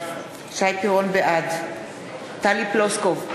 בעד טלי פלוסקוב,